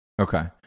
Okay